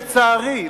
לצערי,